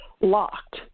locked